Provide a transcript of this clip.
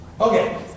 Okay